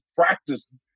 practice